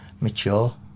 mature